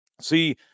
see